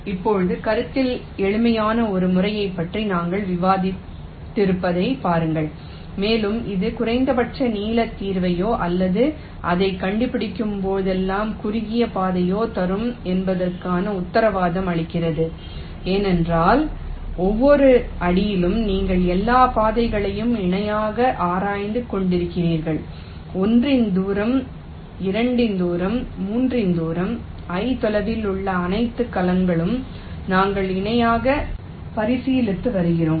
இப்போது கருத்தில் எளிமையான ஒரு முறையைப் பற்றி நாங்கள் விவாதித்திருப்பதைப் பாருங்கள் மேலும் இது குறைந்தபட்ச நீளத் தீர்வையோ அல்லது அதைக் கண்டுபிடிக்கும்போதெல்லாம் குறுகிய பாதையையோ தரும் என்பதற்கு உத்தரவாதம் அளிக்கிறது ஏனென்றால் ஒவ்வொரு அடியிலும் நீங்கள் எல்லா பாதைகளையும் இணையாக ஆராய்ந்து கொண்டிருக்கிறீர்கள் 1 இன் தூரம் 2 இன் தூரம் 3 இன் தூரம் i தொலைவில் உள்ள அனைத்து கலங்களும் நாங்கள் இணையாக பரிசீலித்து வருகிறோம்